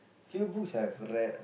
few books I've read